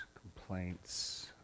complaints